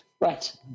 Right